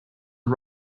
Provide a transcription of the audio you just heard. are